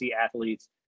athletes